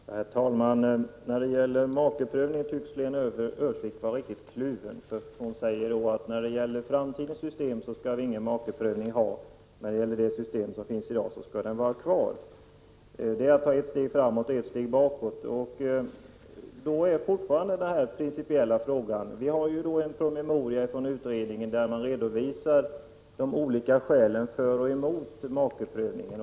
Herr talman! När det gäller makeprövningen tycks Lena Öhrsvik vara riktigt kluven. I framtidens system skall vi inte ha någon makeprövning, men i dagens system skall vi ha kvar makeprövningen, säger Lena Öhrsvik. Det är att ta ett steg framåt och ett steg bakåt. Fortfarande gäller det den principiella frågan. I en promemoria redovisar utredningen de olika skälen för och emot makeprövningen.